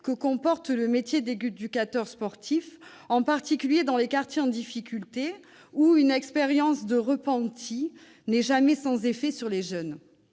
que comporte le métier d'éducateur sportif, en particulier dans les quartiers en difficulté, où une expérience de repenti n'est jamais sans effet sur les jeunes.